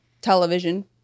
television